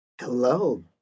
Hello